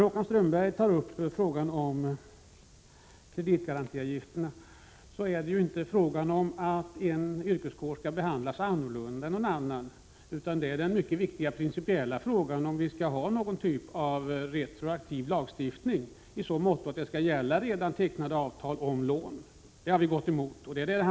Håkan Strömberg tog upp frågan om kreditgarantiavgifterna. Det är ju inte fråga om att en yrkeskår skall behandlas på ett annat sätt än andra, utan det gäller den mycket viktiga principiella frågan, om vi skall ha någon typ av retroaktiv lagstiftning i så måtto att den skall gälla för redan tecknade avtal om lån. Det har vi gått emot.